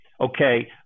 okay